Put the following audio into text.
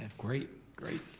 and great, great,